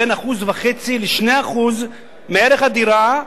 בין 1.5% ל-2% מערך הדירה,